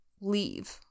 leave